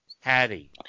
Hattie